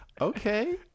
Okay